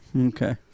Okay